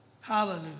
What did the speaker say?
Hallelujah